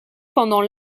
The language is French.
pendant